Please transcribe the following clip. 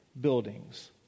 buildings